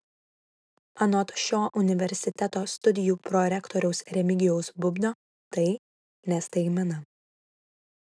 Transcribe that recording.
anot šio universiteto studijų prorektoriaus remigijaus bubnio tai ne staigmena